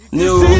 new